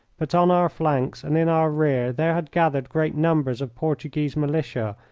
but on our flanks and in our rear there had gathered great numbers of portuguese militia,